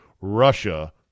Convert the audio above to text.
Russia